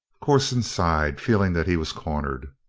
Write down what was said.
corson sighed, feeling that he was cornered.